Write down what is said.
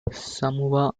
samoa